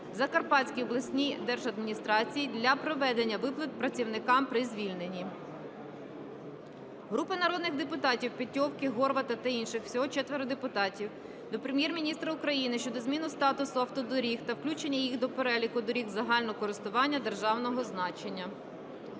Закарпатській облдержадміністрації для проведення виплат працівникам при звільненні. Групи народних депутатів (Петьовки, Горвата та інших. Всього 4 депутатів) до Прем'єр-міністра України щодо зміни статусу автодоріг та включення їх до переліку доріг загального користування державного значення.